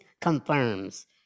confirms